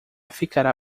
ficará